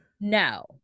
No